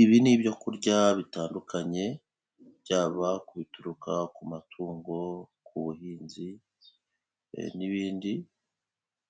Ibi ni ibyo kurya bitandukanye byaba ku bituruka ku matungo, ku buhinzi n'ibindi,